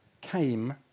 came